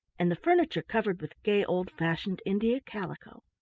and the furniture covered with gay old-fashioned india calico.